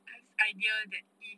i~ idea that it is